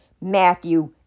Matthew